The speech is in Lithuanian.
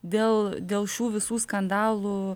dėl dėl šių visų skandalų